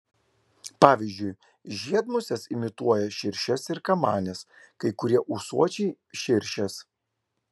pavyzdžiui žiedmusės imituoja širšes ir kamanes kai kurie ūsuočiai širšes